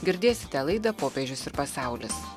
girdėsite laida popiežius ir pasaulis